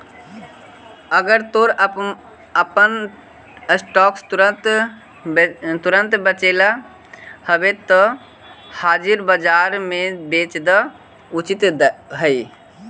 अगर तोरा अपन स्टॉक्स तुरंत बेचेला हवऽ त हाजिर बाजार में बेच देना उचित हइ